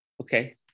okay